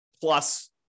plus